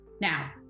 Now